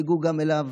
יגיעו גם אליו